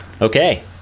Okay